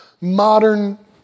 modern